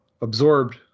absorbed